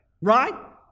right